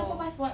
oh